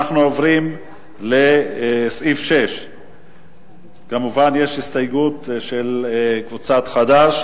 אנחנו עוברים לסעיף 6. מובן שיש הסתייגות של קבוצת חד"ש.